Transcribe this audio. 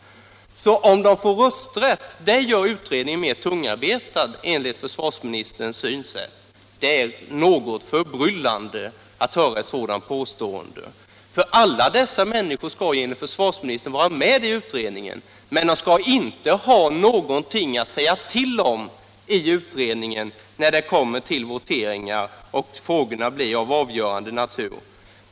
Men om de får rösträtt skulle det göra utredningen mer tungarbetad enligt försvarsministerns synsätt. Det är något förbryllande att höra ett sådant påstående, för alla dessa människor skall ju enligt försvarsministern vara med i utredningen. De skall dock inte ha någonting att säga till om vid voteringar och när besluten blir av avgörande natur.